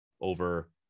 over